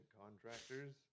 contractors